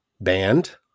band